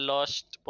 Lost